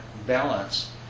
balance